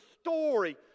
story